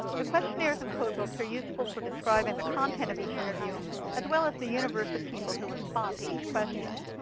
the questionnaires and codebooks are useful for describing the content of each interview as well as the universe of people who respond to each question.